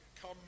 come